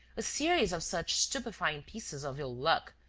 a series of such stupefying pieces of ill-luck,